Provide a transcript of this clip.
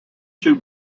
two